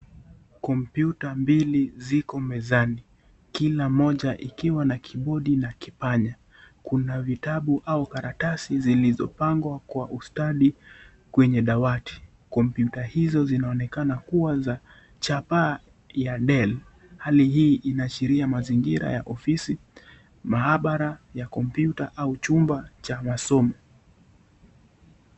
Kompyuta mbili ziko mezani, kila moja ikiwa na kibodi na kipanya. Kuna vitabu au karatasi zilizopangwa kwa ustadi kwenye dawati. Kompyuta hizo zinaonekana kuwa za jabaa ya Dell. Hali hii inaashiria mazingira ya ofisi, maabara ya kompyuta au chumba cha masomo.